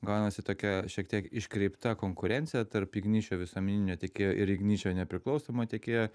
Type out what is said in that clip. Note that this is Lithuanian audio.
gaunasi tokia šiek tiek iškreipta konkurencija tarp igničio visuomeninio tiekėjo ir igničio nepriklausomo tiekėjo